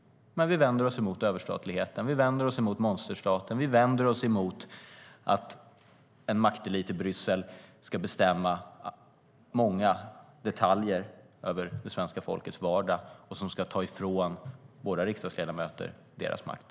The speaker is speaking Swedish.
Men vi vänder oss mot överstatligheten, monsterstaten och att en maktelit i Bryssel ska bestämma många detaljer i det svenska folkets vardag och ta ifrån våra riksdagsledamöter deras makt.